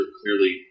clearly